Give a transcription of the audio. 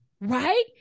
Right